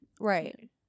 Right